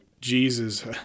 Jesus